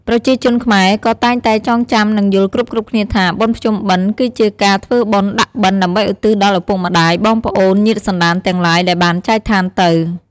ប្រជាជនខែ្មក៏តែងតែចងចាំនិងយល់គ្រប់ៗគ្នាថា “បុណ្យភ្ជុំបិណ្យ” គឺជាការធ្វើបុណ្យដាក់បិណ្ឌដើម្បីឧទ្ទិសដល់ឪពុក ម្តាយ បងប្អូន ញាតិសន្តានទាំងឡាយ ដែលបានចែកឋានទៅ។